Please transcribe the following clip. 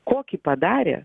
kokį padarė